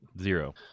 Zero